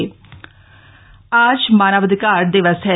मानवाधिकार दिवस आज मानवाधिकार दिवस है